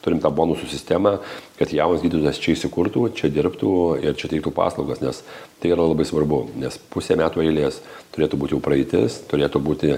turim tą bonusų sistemą kad jaunas gydytojas čia įsikurtų čia dirbtų ir čia teiktų paslaugas nes tai yra labai svarbu nes pusę metų eilės turėtų būt jau praeitis turėtų būti